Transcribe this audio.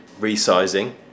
Resizing